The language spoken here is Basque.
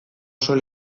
soil